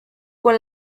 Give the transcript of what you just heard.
con